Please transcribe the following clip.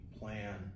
plan